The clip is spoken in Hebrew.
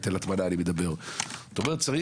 אם תשקיעו את הכסף הזה